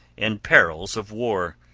and perils of war,